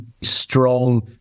strong